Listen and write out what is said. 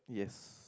yes